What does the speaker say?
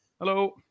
Hello